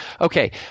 Okay